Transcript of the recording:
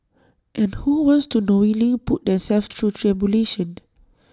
and who wants to knowingly put themselves through tribulation